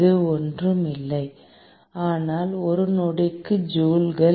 இது ஒன்றும் இல்லை ஆனால் ஒரு நொடிக்கு ஜூல்கள்